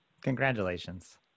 Congratulations